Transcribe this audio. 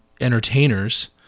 entertainers